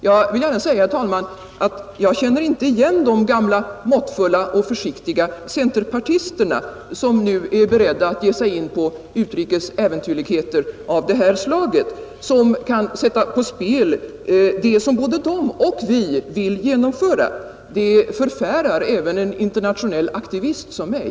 Jag vill gärna säga, herr talman, att jag inte känner igen de gamla måttfulla och försiktiga centerpartisterna, som nu är beredda att ge sig in på utrikes äventyrligheter av det här slaget, som kan sätta på spel vad både de och vi vill genomföra. Det förfärar även en internationell aktivist som mig.